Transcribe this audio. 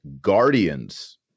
guardians